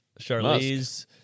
Charlize